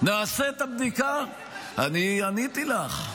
אני עניתי לך.